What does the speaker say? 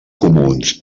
comuns